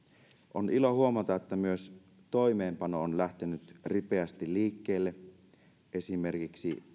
on ilo huomata että myös toimeenpano on lähtenyt ripeästi liikkeelle esimerkiksi